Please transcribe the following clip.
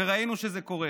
וראינו שזה קורה.